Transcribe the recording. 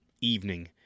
evening